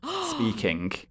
speaking